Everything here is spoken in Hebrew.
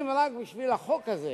אם רק בשביל החוק הזה